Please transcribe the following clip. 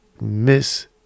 miss